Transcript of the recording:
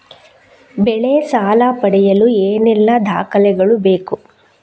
ಬೆಳೆ ಸಾಲ ಪಡೆಯಲು ಏನೆಲ್ಲಾ ದಾಖಲೆಗಳು ಬೇಕು?